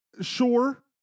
Sure